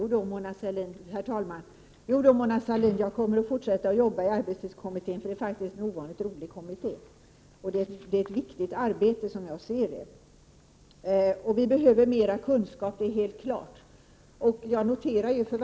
Herr talman! Jo då, Mona Sahlin, jag kommer att fortsätta att arbeta i arbetstidskommittén, det är faktiskt en ovanligt rolig kommitté. Den utför ett viktigt arbete som jag ser det. Det är helt klart att vi behöver mera kunskap.